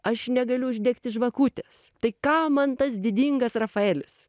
aš negaliu uždegti žvakutės tai kam man tas didingas rafaelis